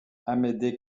amédée